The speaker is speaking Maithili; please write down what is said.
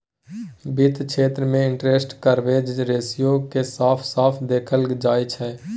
वित्त क्षेत्र मे इंटरेस्ट कवरेज रेशियो केँ साफ साफ देखाएल जाइ छै